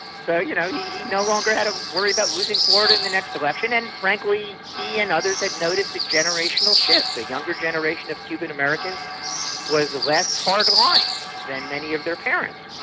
so you know yeah he no longer had to worry about losing florida in the next election, and frankly he and others had noticed a generational shift. the younger generation of cuban-americans was less hardline than many of their parents.